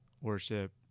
worship